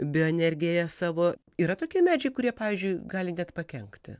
bioenergiją savo yra tokie medžiai kurie pavyzdžiui gali net pakenkti